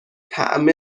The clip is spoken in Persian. طعم